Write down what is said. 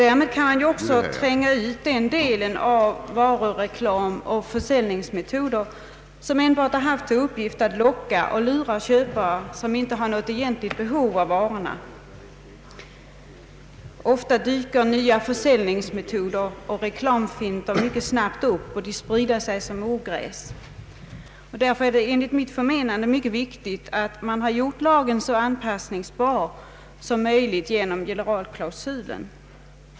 Därmed kan man också tränga ut den del av varureklam och försäljningsmetoder som enbart haft till uppgift att locka och lura köpare som inte har något egentligt behov av varorna. Ofta dyker nya försäljningsmetoder och reklamfinter mycket snabbt upp och sprider sig som ogräs. Därför är det enligt min förmenande viktigt att lagen gjorts så anpassningsbar som möjligt genom generalklausulen.